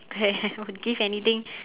okay I would give anything